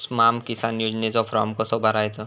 स्माम किसान योजनेचो फॉर्म कसो भरायचो?